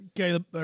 Okay